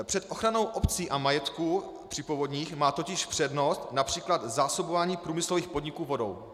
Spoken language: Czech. Před ochranou obcí a majetku při povodních má totiž přednost například zásobování průmyslových podniků vodou.